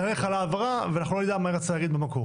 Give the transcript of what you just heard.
היא תלך להבהרה ואנחנו לא נדע מה היא רצתה להגיד במקום.